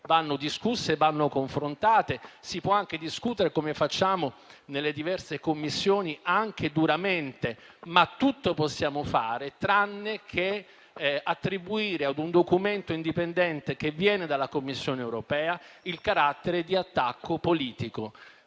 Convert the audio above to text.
vanno discusse e confrontate. Si può anche discutere duramente, come facciamo nelle diverse Commissioni, ma tutto possiamo fare tranne che attribuire ad un documento indipendente che viene dalla Commissione europea il carattere di attacco politico.